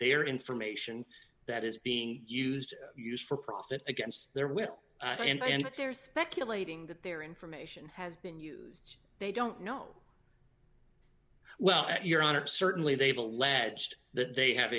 their information that is being used used for profit against their will and they're speculating that their information has been used they don't know well your honor certainly they've alleged that they have